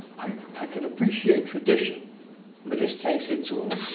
i i can appreciate tradition but this takes it to a